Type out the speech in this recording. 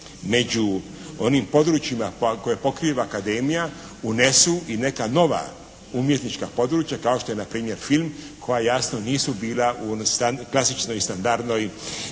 među onim područjima koje pokriva Akademija unesu i neka nova umjetnička područja kao što je na primjer film koja jasno nisu bila u onoj klasičnoj i standardnoj,